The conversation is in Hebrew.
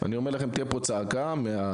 אני אומר לכם, תהיה פה צעקה מהרשויות.